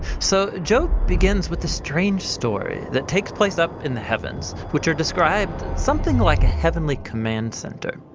so job begins with the strange story that takes place up in the heavens which are described something like a heavenly command center.